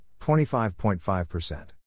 25.5%